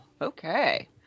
Okay